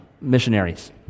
missionaries